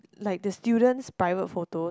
like the students private photos